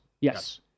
yes